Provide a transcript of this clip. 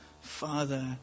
Father